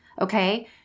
okay